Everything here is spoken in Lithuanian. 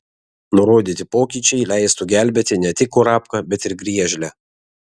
nurodyti pokyčiai leistų gelbėti ne tik kurapką bet ir griežlę